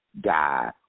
die